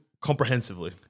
comprehensively